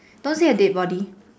don't say a dead body